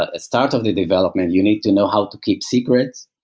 ah ah start of the development, you need to know how to keep secrets,